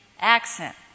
accent